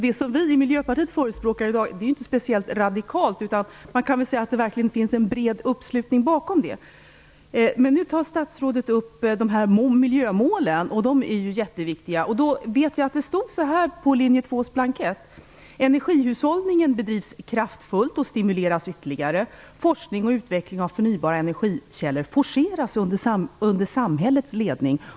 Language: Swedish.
Det som vi i Miljöpartiet förespråkar i dag är ju inte speciellt radikalt. Man kan väl säga att det verkligen finns en bred uppslutning bakom det. Nu tar statsrådet upp miljömålen. De är ju jätteviktiga. Jag vet att det stod så här på linje 2:s blankett: Energihushållningen bedrivs kraftfullt och stimuleras ytterligare. Forskning och utveckling av förnybara energikällor forceras under samhällets ledning.